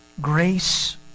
grace